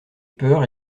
peur